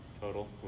total